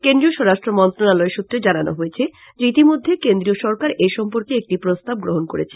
কেন্দ্রীয় স্বরাষ্ট্র মন্ত্রনালয় সুত্রে জানানো হয়েছে যে ইতিমধ্যে কেন্দ্রীয় সরকার এসম্পর্কে একটি প্রস্তাব গ্রহন করেছে